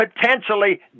potentially